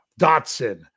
Dotson